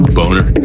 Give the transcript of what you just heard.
boner